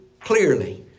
clearly